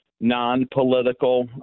non-political